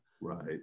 Right